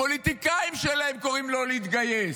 הפוליטיקאים שלהם קוראים לא להתגייס.